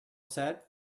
set